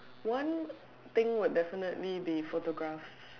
one thing would definitely be photograph